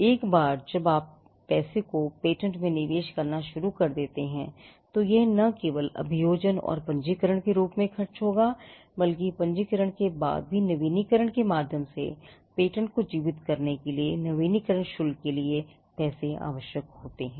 एक बार जब आप पैसे को पेटेंट में निवेश करना शुरू कर देते हैं तो यह न केवल अभियोजन और पंजीकरण के रूप में खर्च होगा बल्कि पंजीकरण के बाद भी नवीकरण के माध्यम से पेटेंट को जीवित रखने के लिए नवीकरण शुल्क के लिए पैसे आवश्यक हैं